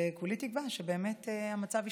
וכולי תקווה שבאמת המצב ישתפר,